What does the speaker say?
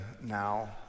now